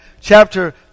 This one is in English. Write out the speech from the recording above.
chapter